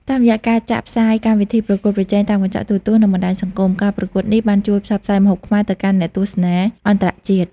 តាមរយៈការចាក់ផ្សាយកម្មវិធីប្រកួតប្រជែងតាមកញ្ចក់ទូរទស្សន៍ និងបណ្ដាញសង្គម ការប្រកួតនេះបានជួយផ្សព្វផ្សាយម្ហូបខ្មែរទៅកាន់អ្នកទស្សនាអន្តរជាតិ។